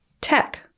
tech